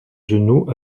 genoux